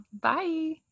Bye